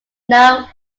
now